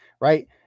Right